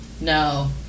No